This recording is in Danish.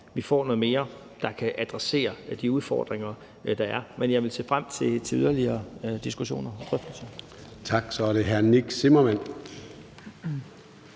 vi får noget mere, der kan adressere de udfordringer, der er. Jeg vil se frem til yderligere diskussioner og drøftelser. Kl. 16:14 Formanden (Søren